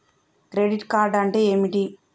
Credit card అంటే ఏమిటి?